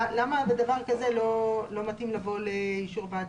למה בדבר כזה לא מתאים לבוא לאישור הוועדה?